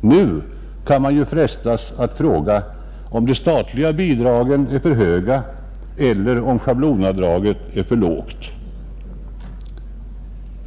Nu kan man frestas fråga, om de statliga bidragen är för höga eller om schablonavdraget är för lågt.